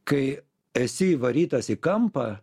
kai esi įvarytas į kampą